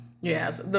Yes